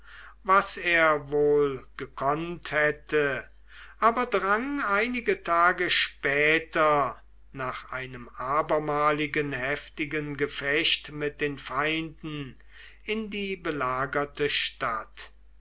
was er wohl gekonnt hätte aber drang einige tage später nach einem abermaligen heftigen gefecht mit den feinden in die belagerte stadt